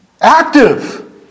active